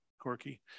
Corky